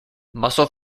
mussel